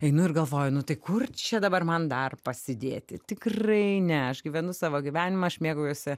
einu ir galvoju nu tai kur čia dabar man dar pasidėti tikrai ne aš gyvenu savo gyvenimą aš mėgaujuosi